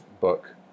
book